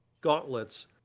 gauntlets